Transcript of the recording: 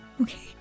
Okay